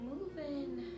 Moving